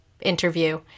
interview